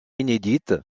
inédite